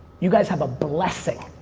you guys have a blessing